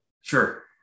Sure